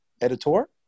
editor